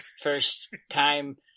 first-time